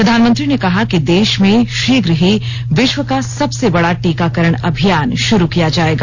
प्रधानमंत्री ने कहा कि देश में शीघ्र ही विश्व का सबसे बड़ा टीकाकरण अभियान शुरू किया जायेगा